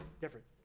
Different